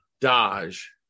Dodge